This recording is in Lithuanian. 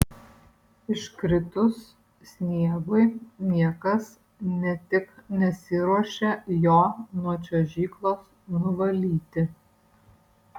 iškritus sniegui niekas ne tik nesiruošia jo nuo čiuožyklos nuvalyti